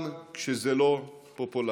וגם כשזה לא פופולרי.